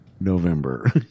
november